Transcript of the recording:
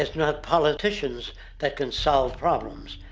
ah not politicians that can solve problems.